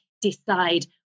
decide